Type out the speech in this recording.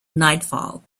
nightfall